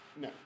No